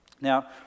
Now